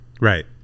Right